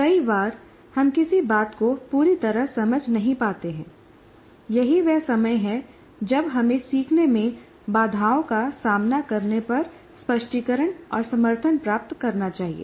कई बार हम किसी बात को पूरी तरह समझ नहीं पाते हैं यही वह समय है जब हमें सीखने में बाधाओं का सामना करने पर स्पष्टीकरण और समर्थन प्राप्त करना चाहिए